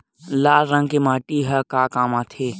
लाल रंग के माटी ह का काम आथे?